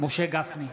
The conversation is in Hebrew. משה גפני,